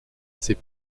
ces